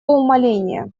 умаления